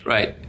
Right